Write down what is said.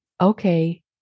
Okay